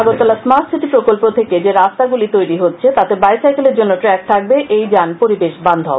Agartala smart city প্রকল্প থেকে যে রাস্তা গুলি হচ্ছে তাতে বাই সাইকেলের জন্য ট্র্যাক থাকবেএই যান পরিবেশ বান্ধব